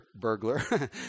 burglar